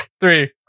Three